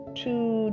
two